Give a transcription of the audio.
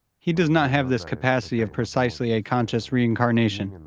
he does not have this capacity of precisely a conscious reincarnation.